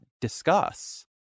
discuss